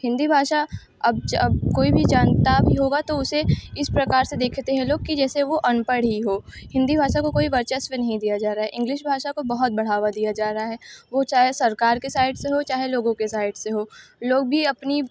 हिन्दी भाषा अब कोई भी जानता भी होगा तो उसे इस प्रकार से देखते हैं लोग कि जैसे वो अनपढ़ ही हो हिन्दी भाषा को कोई वर्चस्व नहीं दिया जा रहा है इंग्लिश भाषा को बहुत बढ़ावा दिया जा रहा है वो चाहे सरकार के साइड से हो चाहे लोगों के साइड से हो लोग भी अपनी